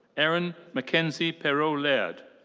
aaryn mackenzie perreault-laird.